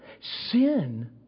Sin